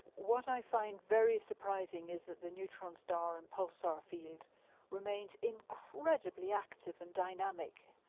what i find very surprising is that the neutron star and pulsar field remains incredibly active and dynamic,